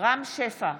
רם שפע,